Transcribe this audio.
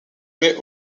met